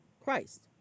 Christ